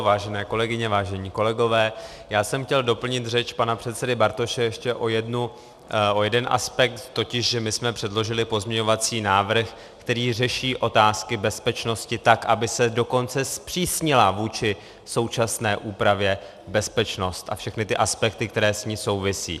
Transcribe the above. Vážené kolegyně, vážení kolegové, já jsem chtěl doplnit řeč pana předsedy Bartoše ještě o jeden aspekt, totiž že my jsme předložili pozměňovací návrh, který řeší otázky bezpečnosti tak, aby se dokonce zpřísnila vůči současné úpravě bezpečnost a všechny ty aspekty, které s ní souvisí.